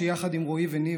יחד עם רועי וניב,